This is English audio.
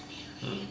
hmm